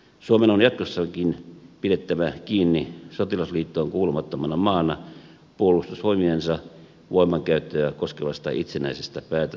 suomen on jatkossakin huolehdittava sotilasliittoon kuulumattomana maana puolustusvoimiensa voimankäyttöä koskevasta itsenäisestä päätäntävallasta